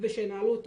ושינהלו אותו.